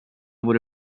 vore